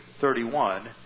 31